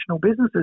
businesses